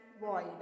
void